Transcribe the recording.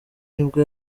nibwo